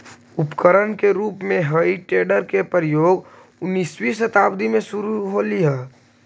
उपकरण के रूप में हेइ टेडर के प्रयोग उन्नीसवीं शताब्दी में शुरू होलइ